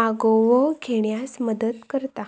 मागोवो घेण्यास मदत करता